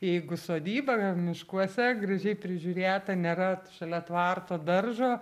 jeigu sodyba miškuose gražiai prižiūrėta nėra šalia tvarto daržo